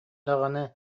даҕаны